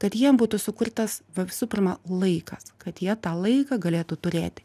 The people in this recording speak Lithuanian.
kad jiem būtų sukurtas va visų pirma laikas kad jie tą laiką galėtų turėti